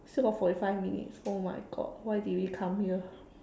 still got forty five minutes oh my God why did we come here